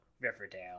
Riverdale